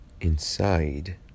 inside